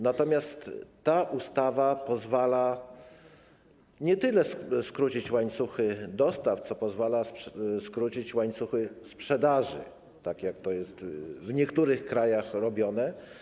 Natomiast ta ustawa pozwala nie tyle skrócić łańcuchy dostaw, co pozwala skrócić łańcuchy sprzedaży, tak jak to jest w niektórych krajach robione.